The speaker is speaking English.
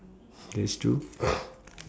that's true